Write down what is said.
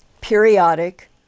periodic